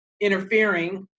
interfering